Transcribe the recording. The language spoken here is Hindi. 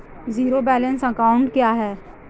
ज़ीरो बैलेंस अकाउंट क्या है?